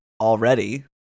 already